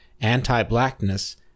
anti-blackness